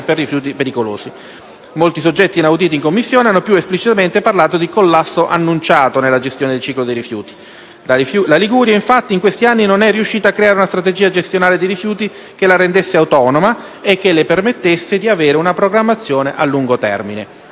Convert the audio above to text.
per rifiuti pericolosi. Molti soggetti auditi in Commissione hanno, più esplicitamente, parlato di «collasso annunciato» nella gestione del ciclo dei rifiuti. La Liguria, infatti, in questi anni non è riuscita a creare una strategia gestionale dei rifiuti che la rendesse autonoma e che le permettesse di avere una programmazione a lungo termine: